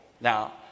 Now